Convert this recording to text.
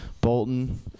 Bolton